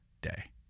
day